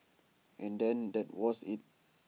and then that was IT